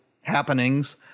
happenings